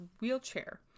wheelchair